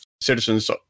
citizens